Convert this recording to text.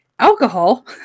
alcohol